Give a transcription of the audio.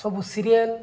ସବୁ ସିରିଏଲ୍